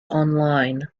online